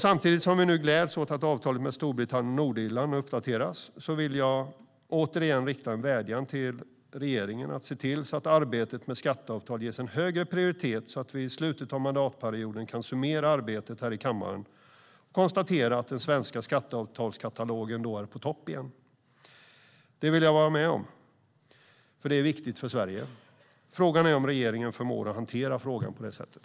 Samtidigt som vi nu gläds åt att avtalet med Storbritannien och Nordirland uppdateras vill jag återigen rikta en vädjan till regeringen om att se till att arbetet med skatteavtal ges högre prioritet, så att vi i slutet av mandatperioden kan summera arbetet här i kammaren och konstatera att den svenska skatteavtalskatalogen då är på topp igen. Det vill jag vara med om, för det är viktigt för Sverige. Frågan är om regeringen förmår att hantera frågan på det sättet.